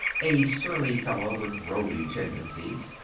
a surly fellow with roving tendencies.